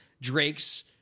Drake's